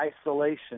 isolation